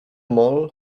mol